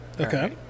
Okay